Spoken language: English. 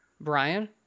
Brian